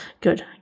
Good